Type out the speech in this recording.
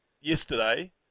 yesterday